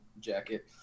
jacket